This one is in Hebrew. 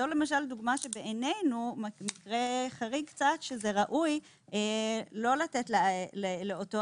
זו למשל דוגמה שבעינינו מקרה חריג שראוי לא לתת לאותו